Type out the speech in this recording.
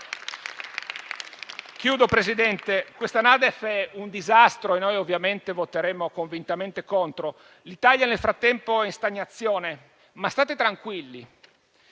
Insomma, Presidente, questa NADEF è un disastro e noi ovviamente voteremo convintamente contro. L'Italia nel frattempo è in stagnazione, ma state tranquilli,